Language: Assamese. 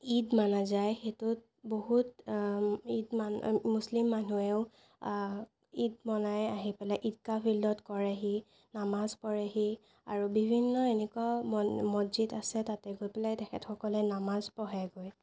ঈদ মনা যায় সেইটোত বহুত ঈদ মনা মুছলীমা মানুহেও ঈদ মনাই আহি পেলাই ঈদগাহ ফিল্ডত কৰেহি নামাজ পঢ়েহি আৰু বিভিন্ন এনেকুৱা ম মছজিদ আছে তাতে গৈ পেলাই তেখেতসকলে নামাজ পঢ়েগৈ